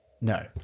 No